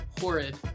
horrid